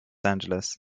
angeles